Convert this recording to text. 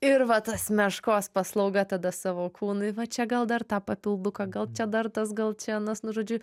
ir va tas meškos paslauga tada savo kūnui va čia gal dar tą papilduką gal čia dar tas gal čia anas nu žodžiu